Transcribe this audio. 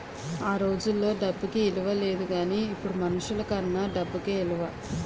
ఆ రోజుల్లో డబ్బుకి ఇలువ లేదు గానీ ఇప్పుడు మనుషులకన్నా డబ్బుకే ఇలువ